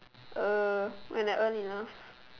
uh when I earn enough